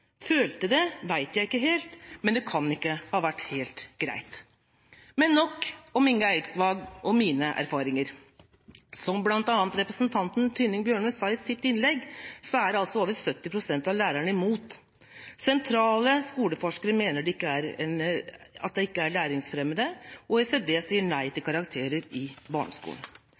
følte det, vet jeg ikke helt, men det kan ikke ha vært helt greit. Men nok om Inge Eidsvåg og mine erfaringer. Som bl.a. representanten Tynning Bjørnø sa i sitt innlegg, er altså over 70 pst. av lærerne imot. Sentrale skoleforskere mener at det ikke er læringsfremmende, og OECD sier nei til karakterer i barneskolen.